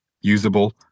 usable